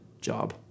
job